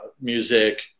music